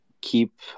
keep